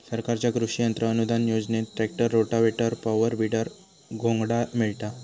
सरकारच्या कृषि यंत्र अनुदान योजनेत ट्रॅक्टर, रोटावेटर, पॉवर, वीडर, घोंगडा मिळता